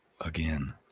Again